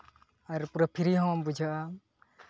ᱟᱨ ᱯᱩᱨᱟᱹ ᱯᱷᱨᱤ ᱦᱚᱸᱢ ᱵᱩᱡᱷᱟᱹᱜᱼᱟ